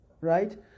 Right